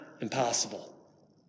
impossible